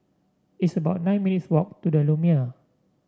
it's about nine minutes' walk to the Lumiere